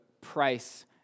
price